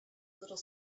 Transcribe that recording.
little